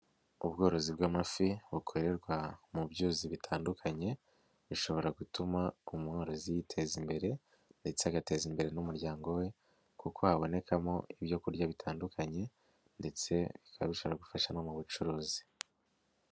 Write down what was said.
Ubworozi bw'amafi bukorerwa mu byuzi bitandukanye bishobora gutuma umrozi yiteza imbere ndetse agateza imbere n'umuryango we kuko habonekamo ibyo kurya bitandukanye ndetse bikaba bishobora gufasha no mu bucuruzi.